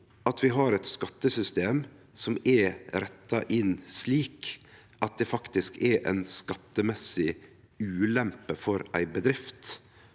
at vi har eit skattesystem som er retta inn slik at det faktisk er ei skattemessig ulempe for ei bedrift